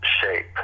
shape